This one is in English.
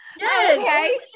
Yes